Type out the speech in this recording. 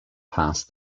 passed